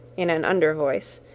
in an under voice,